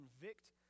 convict